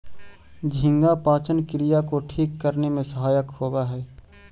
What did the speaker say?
झींगा पाचन क्रिया को ठीक करने में सहायक होवअ हई